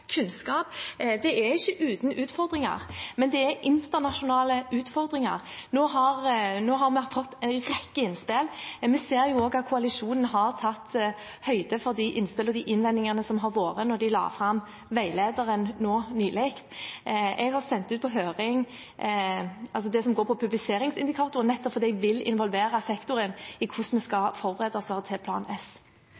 kunnskap. Det er ikke uten utfordringer, men det er internasjonale utfordringer. Nå har vi fått en rekke innspill. Vi ser også at koalisjonen har tatt høyde for de innspillene og innvendingene som har vært, da de la fram veilederen nå nylig. Jeg har sendt ut på høring det som går på publiseringsindikatoren, nettopp fordi jeg vil involvere sektoren i hvordan vi skal